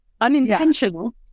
unintentional